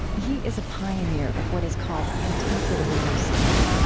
he is a pioneer of what is called contemplative neuroscience.